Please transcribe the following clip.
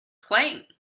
playing